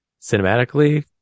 cinematically